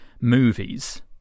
movies